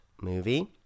movie